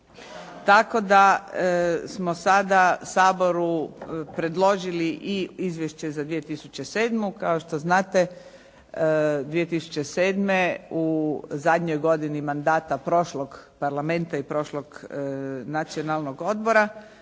tako da smo sada Saboru predložili i izvješće za 2007. Kao što znate 2007. u zadnjoj godini mandata prošlog Parlamenta i prošlog Nacionalnog odbora,